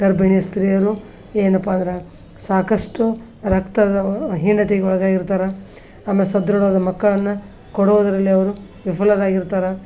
ಗರ್ಭಿಣಿ ಸ್ತ್ರೀಯರು ಏನಪ್ಪ ಅಂದ್ರೆ ಸಾಕಷ್ಟು ರಕ್ತದ ಹೀನತೆಗೆ ಒಳಗಾಗಿರ್ತಾರೆ ಆಮೇಲೆ ಸದೃಢವಾದ ಮಕ್ಕಳನ್ನು ಕೊಡೋದರಲ್ಲಿ ಅವರು ವಿಫಲರಾಗಿರ್ತಾರೆ